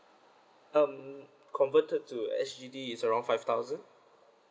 um converted to S_G_D is around five thousand